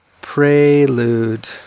prelude